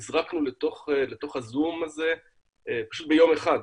נזרקנו לתוך הזום הזה פשוט ביום אחד,